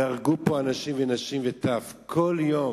והרגו פה אנשים, נשים וטף, כל יום?